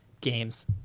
games